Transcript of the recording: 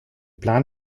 plan